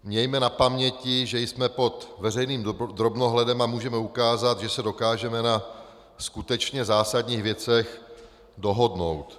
Mějme na paměti, že jsme pod veřejným drobnohledem a můžeme ukázat, že se dokážeme na skutečně zásadních věcech dohodnout.